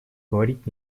говорить